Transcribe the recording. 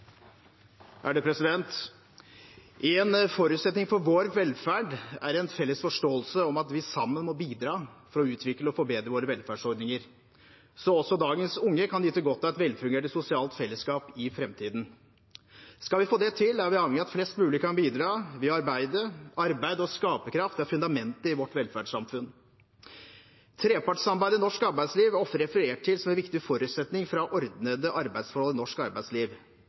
en felles forståelse om at vi sammen må bidra for å utvikle og forbedre våre velferdsordninger, så også dagens unge kan nyte godt av et velfungerende sosialt fellesskap i framtiden. Skal vi få det til, er vi avhengig av at flest mulig kan bidra ved å arbeide. Arbeid og skaperkraft er fundamentet i vårt velferdssamfunn. Trepartssamarbeidet i norsk arbeidsliv er ofte referert til som en viktig forutsetning for å ha ordnede arbeidsforhold i norsk arbeidsliv.